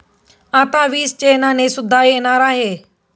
आता वीसचे नाणे सुद्धा येणार आहे